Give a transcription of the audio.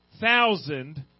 thousand